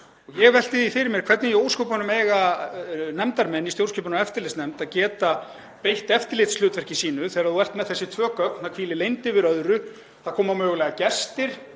Ég velti því fyrir mér: Hvernig í ósköpunum eiga nefndarmenn í stjórnskipunar- og eftirlitsnefnd að geta beitt eftirlitshlutverki sínu þegar þeir eru með þessi tvö gögn, það hvílir leynd yfir öðru, það koma mögulega gestir